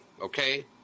Okay